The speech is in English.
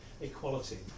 equality